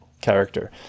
character